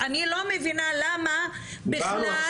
מבינה למה בכלל,